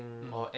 mm